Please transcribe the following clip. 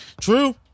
True